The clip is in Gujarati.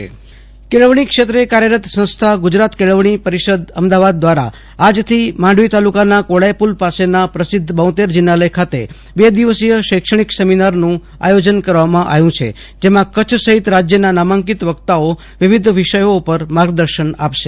આસ્તોષ અંતાણી કેળવણી ક્ષેત્રે કાર્યરત સંસ્થા ગુજરાતી કેળવણી પરિસદ અમદાવાદ દ્વારા આજ થી માંડવી તાલુકાના કોડાયપુલ પાસેના પ્રશીદ્ધ બોંતેર જીનાલય ખાતે બે દિવસીય શૈક્ષણિક સેમીનાર નું આયોજન કરવામાં આવ્યું છે જેમાં કરછ સફીત રાજ્ય નાં નામાંકિત વક્તાઓ વિવિધ વિષયો પર માર્ગદર્શન આપશે